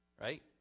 right